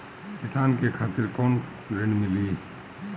किसान के खातिर कौन ऋण मिली?